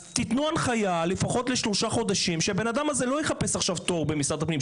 תנו הנחיה לפחות לשלושה חודשים שהוא לא יחפש עכשיו תור במשרד הפנים.